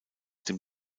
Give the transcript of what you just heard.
dem